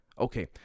Okay